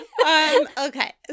Okay